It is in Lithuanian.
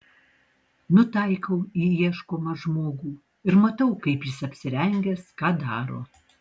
nutaikau į ieškomą žmogų ir matau kaip jis apsirengęs ką daro